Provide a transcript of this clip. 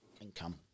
income